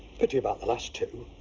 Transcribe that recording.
pity about the last two.